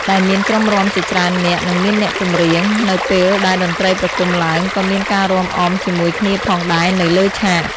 ដែលមានក្រុមរាំជាច្រើននាក់និងមានអ្នកចម្រៀង នៅពេលដែលតន្រ្តីប្រគុំឡើងក៏មានការរាំអមជាមួយគ្នាផងដែរនៅលើឆាត។